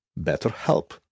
BetterHelp